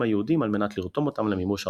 היהודים על מנת לרתום אותם למימוש רעיונותיו.